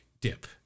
dip